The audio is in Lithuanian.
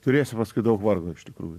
turėsi paskui daug vargo iš tikrųjų